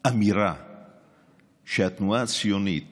אמירה שהתנועה הציונית